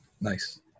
Nice